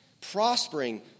prospering